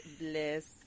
bliss